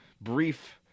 brief